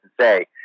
say